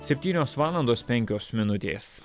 septynios valandos penkios minutės